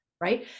right